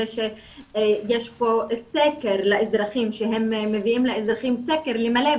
זה שהם מביאים לאזרחים סקר למלא,